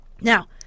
Now